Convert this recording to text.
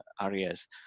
areas